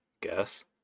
guess